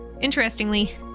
Interestingly